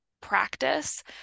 practice